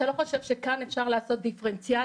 האם אתה לא חושב שכאן אפשר לעשות דיפרנציאלי.